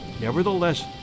nevertheless